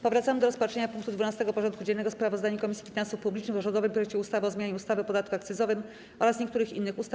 Powracamy do rozpatrzenia punktu 12. porządku dziennego: Sprawozdanie Komisji Finansów Publicznych o rządowym projekcie ustawy o zmianie ustawy o podatku akcyzowym oraz niektórych innych ustaw.